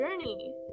journey